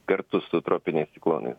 kartu su tropiniais ciklonais